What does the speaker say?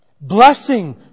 Blessing